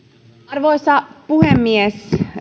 arvoisa puhemies